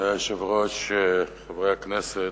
אדוני היושב-ראש, חברי הכנסת,